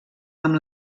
amb